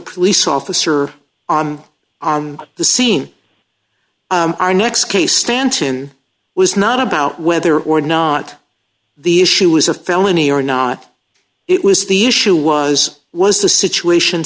police officer on the scene our next case stanton was not about whether or not the issue was a felony or not it was the issue was was the situation